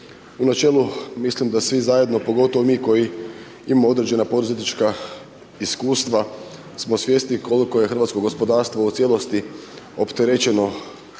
U načelu mislim da svi zajedno, pogotovo mi koji imamo određena poduzetnička iskustva smo svjesni koliko je hrvatsko gospodarstvo u cijelosti opterećeno